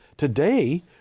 Today